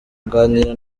aganira